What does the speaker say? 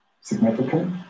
Significant